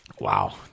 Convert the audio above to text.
wow